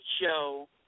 show